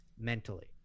mentally